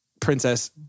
Princess